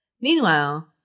Meanwhile